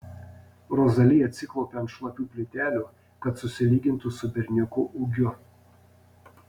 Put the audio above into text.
rozali atsiklaupia ant šlapių plytelių kad susilygintų su berniuku ūgiu